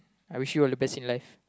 I wish you all the best in life